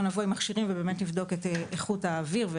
נבוא עם מכשירים ונבדוק את איכות האוויר,